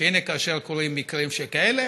שהינה, כאשר קורים מקרים שכאלה